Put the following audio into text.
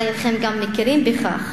אולי גם אינכם מכירים בכך,